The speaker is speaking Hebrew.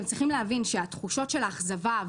אתם צריכים להבין שהתחושות של האכזבה,